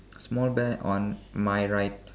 small bear on my right